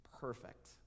perfect